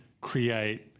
create